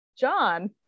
John